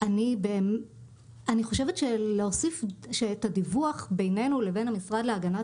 אני חושבת שאת הדיווח בינינו לבין המשרד להגנת